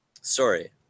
Sorry